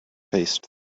faced